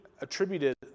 attributed